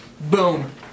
Boom